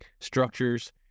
structures